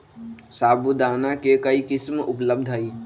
साबूदाना के कई किस्म उपलब्ध हई